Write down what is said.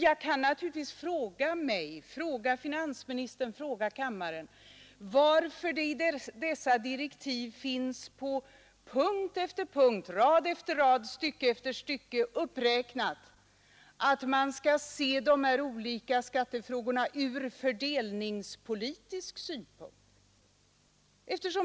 Jag kan naturligtvis fråga mig själv, finansministern och kammaren varför det i dessa direktiv på punkt efter punkt, rad efter rad, stycke efter stycke står omtalat att man skall se de här olika skattefrågorna ur fördelningspolitisk synpunkt.